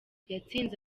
yatsinze